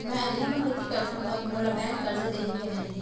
मैं अधिया म खेती करथंव त मोला बैंक करजा दिही के नही?